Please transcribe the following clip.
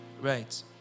right